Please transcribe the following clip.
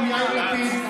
מה עם שידור ציבורי?